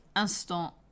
Instant